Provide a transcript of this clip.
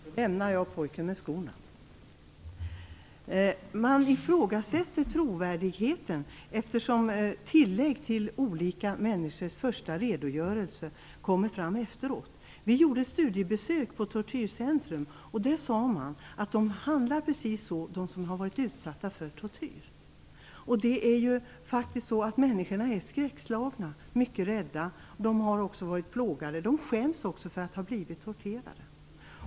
Herr talman! Då lämnar jag pojken med skorna. Trovärdigheten ifrågasätts, eftersom tillägg till olika människors första redogörelse kommer fram efteråt. Vi gjorde studiebesök på tortyrcentrum, och där sade man att de som har varit utsatta för tortyr handlar precis så. Människorna är ju faktiskt skräckslagna, mycket rädda. De har varit plågade. De skäms också för att ha blivit torterade.